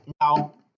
now